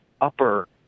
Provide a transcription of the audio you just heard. upper